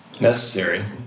necessary